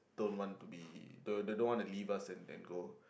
don't want to be they don't want to leave us and go